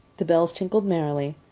the bells tinkled merrily,